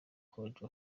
college